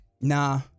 Nah